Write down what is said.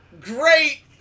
Great